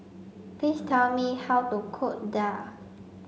please tell me how to cook Daal